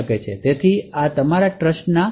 તેથી આ તમારા ટ્રસ્ટનું મૂળ છે